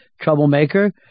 troublemaker